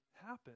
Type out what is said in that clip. happen